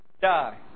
die